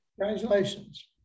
Congratulations